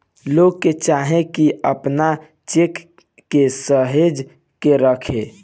लोग के चाही की आपन चेक के सहेज के रखे